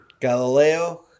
Galileo